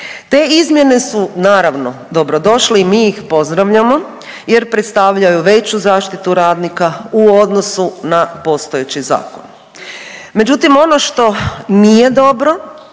Te izmjene su naravno dobrodošle i mi ih pozdravljamo jer predstavljaju veću zaštitu radnika u odnosu na postojeći zakon. Međutim, ono što nije dobro,